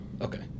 Okay